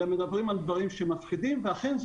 אנחנו מדברים על דברים מפחידים ואכן,